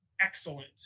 excellent